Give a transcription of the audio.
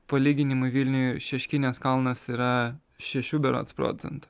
palyginimui vilniuj šeškinės kalnas yra šešių berods procentų